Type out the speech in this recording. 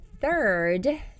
third